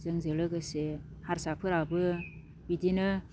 जोंजों लोगोसे हारसाफोराबो बिदिनो